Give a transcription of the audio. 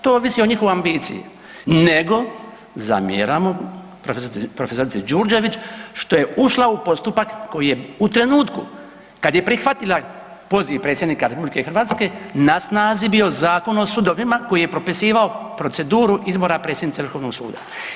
To ovisi o njihovoj ambiciji nego zamjeramo prof. Đuđrević što je ušla u postupak koji je u trenutku kad je prihvatila poziv Predsjednika RH, na snazi bio Zakon o sudovima koji je propisivao proceduru izbora predsjednice Vrhovnog suda.